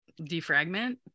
defragment